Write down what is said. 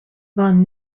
van